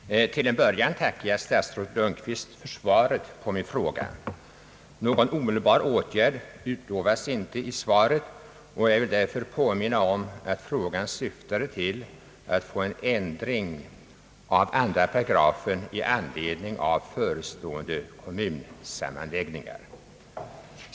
Herr talman! Till en början tackar jag statsrådet Lundkvist för svaret på min fråga. Någon omedelbar åtgärd utlovas inte i svaret, och jag vill därför påminna om att frågan syftade till att få en ändring av 2 § i anledning av förestående kommunsammanläggningar.